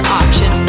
option